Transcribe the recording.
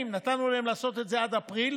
נתנו להם לעשות את זה עד אפריל.